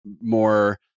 more